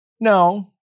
No